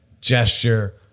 gesture